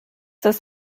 das